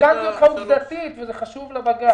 תיקנתי אותך עובדתית, וזה חשוב לבג"ץ.